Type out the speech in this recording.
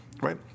right